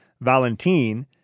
Valentine